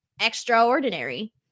extraordinary